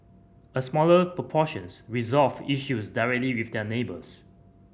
a smaller proportions resolved issues directly with their neighbours